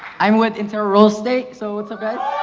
um went into real estate so, what's up